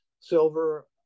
silver